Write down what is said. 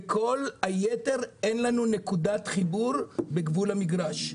בכל היתר אין נקודת חיבור בתחום המגרש.